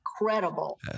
incredible